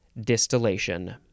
distillation